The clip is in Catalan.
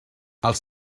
els